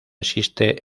existe